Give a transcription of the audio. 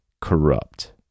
corrupt